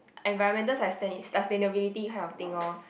environmental sustain~ sustainability kind of thing orh